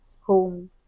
home